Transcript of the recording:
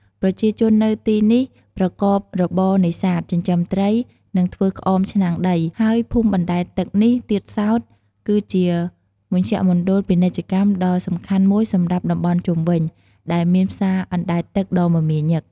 ប្រជាជននៅទីនេះប្រកបរបរនេសាទ ចិញ្ចឹមត្រី និងធ្វើក្អមឆ្នាំងដី ហើយភូមិបណ្ដែតទឹកនេះទៀតសោត គឺជាមជ្ឈមណ្ឌលពាណិជ្ជកម្មដ៏សំខាន់មួយសម្រាប់តំបន់ជុំវិញ ដែលមានផ្សារអណ្ដែតទឹកដ៏មមាញឹក។